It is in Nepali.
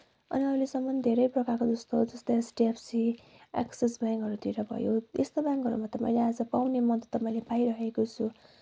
अनि अहिलेसम्म धेरै प्रकारको त्यस्तो जस्तै एचडिएफसी एक्सिस ब्याङ्कहरूतिर भयो यस्तो ब्याङ्कहरूमा त मैले आज पाउने मद्दत त मैले पाइरहेको छु